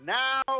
now